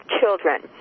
children